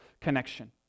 connection